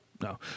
No